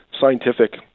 scientific